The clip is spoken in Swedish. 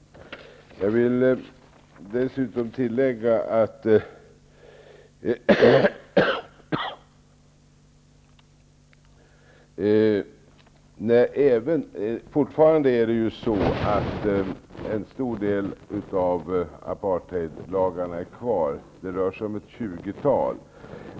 Jag vill dessutom tillägga att en stor del av apartheidlagarna fortfarande är kvar. Det rör sig om ett 20-tal.